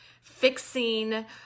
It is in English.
fixing